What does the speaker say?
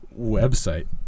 website